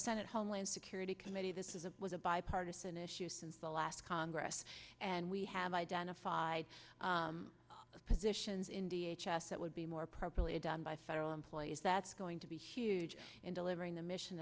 senate homeland security committee that was a was a bipartisan issue since the last congress and we have identified positions in d h h s that would be more properly done by federal employees that's going to be huge in delivering the mission